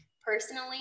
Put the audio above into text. personally